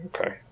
Okay